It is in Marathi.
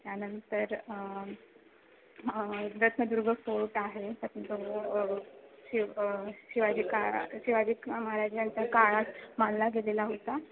त्यानंतर रत्नदुर्ग फोर्ट आहे त्यातून शिव शिवाजी काळा शिवाजी महाराजांच्या काळात बांधला गेलेला होता